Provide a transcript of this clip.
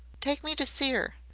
take me to see her.